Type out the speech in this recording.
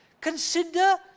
Consider